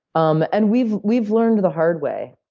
um and we've we've learned the hard way.